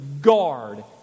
guard